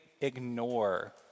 ignore